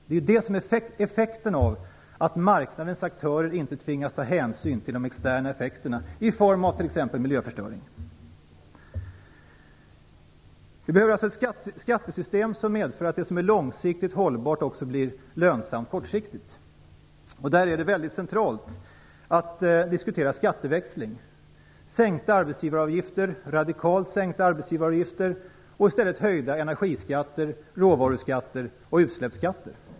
Det är det som är effekten av att marknadens aktörer inte tvingas ta hänsyn till de externa effekterna i form av t.ex. miljöförstöring. Vi behöver alltså ett skattesystem som medför att det som är långsiktigt hållbart också blir lönsamt kortsiktigt. Där är det väldigt centralt att diskutera skatteväxling, dvs. radikalt sänkta arbetsavgifter och i stället höjda energiskatter, råvaruskatter och utsläppsskatter.